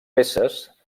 peces